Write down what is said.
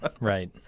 right